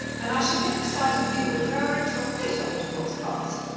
and i should think the sight of you would throw her into a fit, after what's passed.